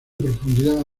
profundidad